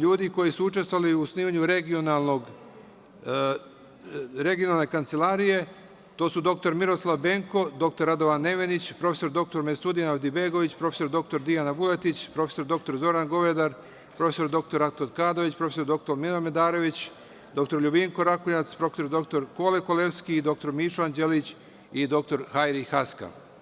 ljudi koji su učestvovali u osnivanju regionalne kancelarije, to su dr Miroslav Benko, dr Radovan Nevenić, prof. dr Mersudin Ardibegović, prof. dr Dijana Vuletić, prof. dr Zoran Govedar, prof. dr Anton Kadović, prof. dr Mira Medarević, dr LJubinko Rakonjac, prof. dr Kole Kolevski, dr Mišo Anđelović i dr Hajri Haska.